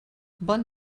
bon